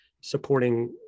supporting